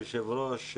היושב ראש,